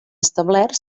establert